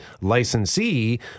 licensee